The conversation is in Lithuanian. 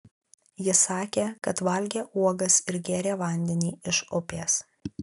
ji sakė kad valgė uogas ir gėrė vandenį iš upės